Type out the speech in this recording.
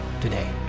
today